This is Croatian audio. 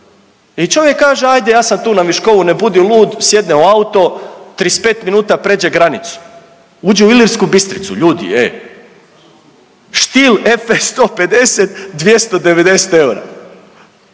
i čovjek kaže ajde ja sam tu na Viškovu, ne budi lud, sjedne u auto, 35 minuta pređe granicu, uđe u Ilirsku Bistricu, ljudi ej, Stihl FS 150 290 eura,